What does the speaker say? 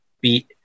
beat